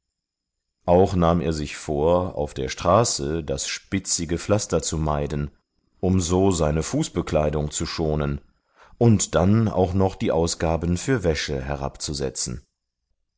auch nahm er sich vor auf der straße das spitzige pflaster zu meiden um so seine fußbekleidung zu schonen und dann auch noch die ausgaben für wäsche herabzusetzen